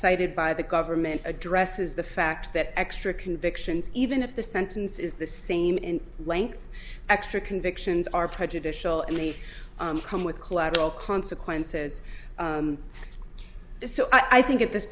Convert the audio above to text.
cited by the government addresses the fact that extra convictions even if the sentence is the same in length extra convictions are prejudicial and they come with collateral consequences so i think at this